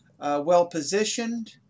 well-positioned